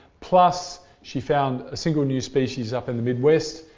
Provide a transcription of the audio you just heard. plus she found a single new species up in the mid west,